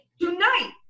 Tonight